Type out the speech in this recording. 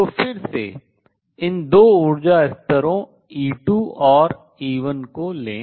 तो फिर से इन दो ऊर्जा स्तरों E2 और E1 को लें